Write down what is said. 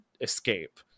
escape